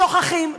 שוכחים,